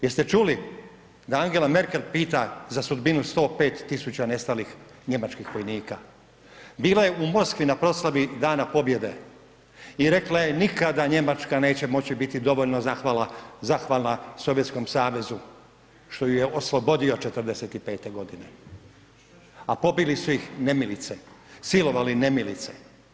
Jeste čuli da Angela Merkel pita za sudbinu 105 tisuća nestalih njemačkih vojnika bila je u Moskvi na proslavi Dana pobjede i rekla je nikada Njemačka neće moći biti dovoljno zahvalna Sovjetskom Savezu što ju je oslobodio '45. godine, a pobili su ih nemilice, silovali nemilice.